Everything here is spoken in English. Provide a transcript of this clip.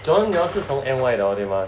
Jordan they all 是从什么 N_Y 的对吗